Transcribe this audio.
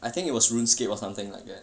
I think it was rune scape or something like that